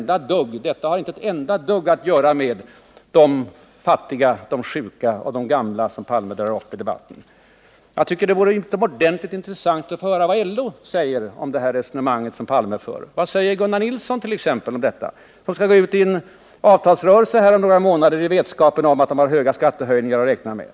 Detta har inte ett enda dugg att göra med de fattiga, de sjuka, de gamla som Olof Palme drar upp i debatten. Jag tycker att det vore utomordentligt intressant att höra vad LO säger om det resonemang som Olof Palme för. Vad säger t.ex. Gunnar Nilsson om detta? Han skall om några månader gå ut i avtalsrörelsen i vetskapen om att vi har höga skattehöjningar att räkna med.